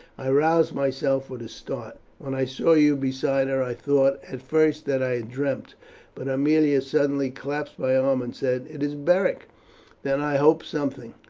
i roused myself with a start. when i saw you beside her i thought at first that i dreamed but aemilia suddenly clasped my arm and said, it is beric then i hoped something,